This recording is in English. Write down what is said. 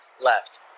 Left